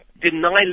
deny